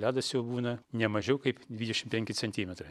ledas jau būna ne mažiau kaip dvidešimt penki centimetrai